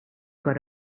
got